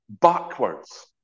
backwards